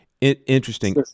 Interesting